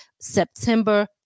September